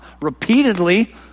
repeatedly